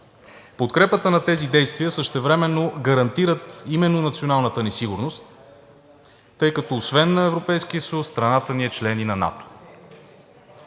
Подкрепата на тези действия същевременно гарантира именно националната ни сигурност, тъй като освен на Европейския съюз страната ни е член и на НАТО.